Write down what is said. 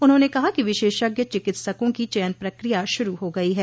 उन्होंने कहा कि विशेषज्ञ चिकित्सकों की चयन प्रक्रिया शुरू हो गई है